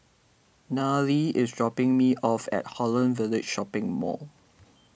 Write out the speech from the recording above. Nayely is dropping me off at Holland Village Shopping Mall